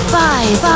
five